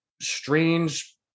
strange